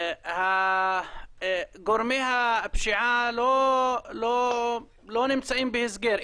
גורמי הפשיעה לא נמצאים בהסגר.